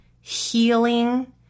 healing